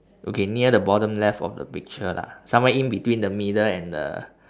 okay near the bottom left of the picture lah somewhere in between the middle and the